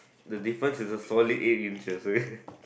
the difference is a solid eight inches okay